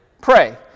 pray